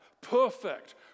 perfect